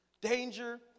Danger